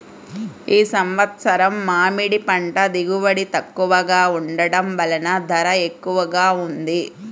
ఈ సంవత్సరం మామిడి పంట దిగుబడి తక్కువగా ఉండటం వలన ధర ఎక్కువగా ఉంది